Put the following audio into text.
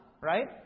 right